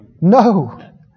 No